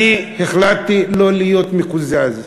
אני החלטתי לא להיות מקוזז,